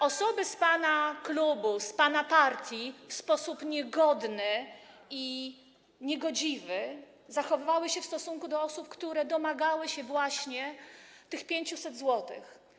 Osoby z pana klubu, z pana partii w sposób niegodny i niegodziwy zachowywały się w stosunku do osób, które domagały się właśnie tych 500 zł.